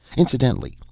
incidentally,